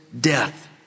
death